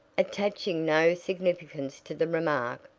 attaching no significance to the remark,